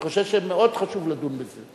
אני חושב שמאוד חשוב לדון בזה.